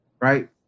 Right